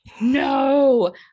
No